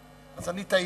אז אני טעיתי.